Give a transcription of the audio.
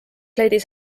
leidis